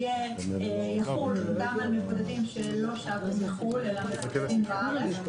שיחול גם על מבודדים שלא שבו מחו"ל אלא מבודדים בארץ,